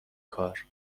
کار